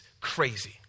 crazy